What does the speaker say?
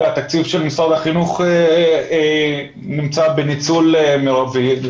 כרגע התקציב של משרד החינוך נמצא בניצול מרבי.